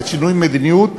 כשינוי מדיניות,